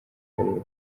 karere